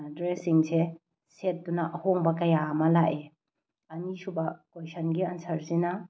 dress ꯁꯤꯡꯁꯦ ꯁꯦꯠꯇꯨꯅ ꯑꯍꯣꯡꯕ ꯀꯌꯥ ꯑꯃ ꯂꯥꯛꯑꯦ ꯑꯅꯤꯁꯨꯕ ꯀꯣꯏꯁꯟꯒꯤ ꯑꯟꯁꯔꯁꯤꯅ